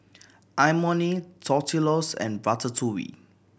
Imoni Tortillas and Ratatouille